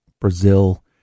Brazil